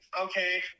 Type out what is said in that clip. okay